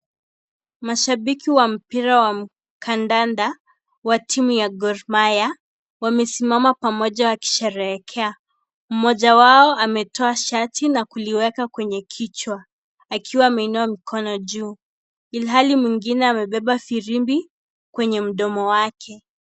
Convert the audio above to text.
Mashabiki wa mpira wa kandanda wa timu ya Gor Mahia wamesimama pamoja wakisherehekea. Mmoja wao ametoa shati na kuliweka kwenye kichwa akiwa ameinua mkono juu, ilhali mwingine amebeba firimbi kwenye mdomo wake.